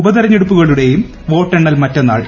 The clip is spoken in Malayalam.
ഉപതിരഞ്ഞെടുപ്പുകളുടെയും വോട്ടെണ്ണൽ മറ്റന്നാൾ